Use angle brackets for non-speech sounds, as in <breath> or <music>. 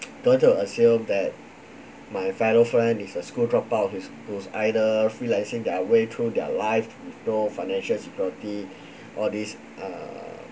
<noise> going to assume that my fellow friend is a school drop-out who's who's either freelancing their way through their life with no financial security <breath> all this err